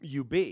UB